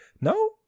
No